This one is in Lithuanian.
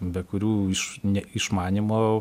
be kurių iš neišmanymo